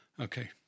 Okay